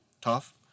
tough